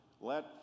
Let